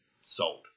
sold